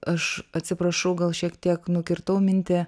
aš atsiprašau gal šiek tiek nukirtau mintį